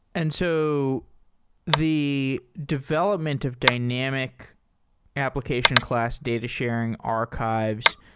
and so the development of dynamic application class data sharing archives,